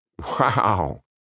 Wow